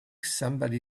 somebody